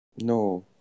No